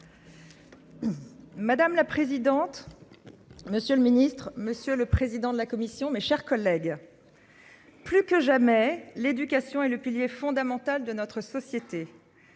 Madame la présidente. Monsieur le ministre, monsieur le président de la commission. Mes chers collègues. Plus que jamais, l'éducation et le pilier fondamental de notre société.